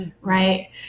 Right